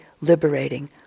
liberating